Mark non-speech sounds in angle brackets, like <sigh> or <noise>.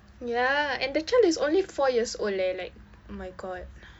ya and the child is only four years old leh like oh my god <noise>